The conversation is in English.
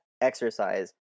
exercise